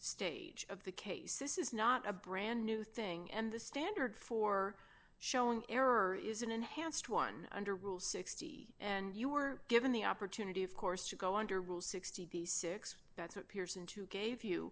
stage of the case this is not a brand new thing and the standard for showing error is an enhanced one under rule sixty and you were given the opportunity of course to go under rule sixty six that's what pearson to gave you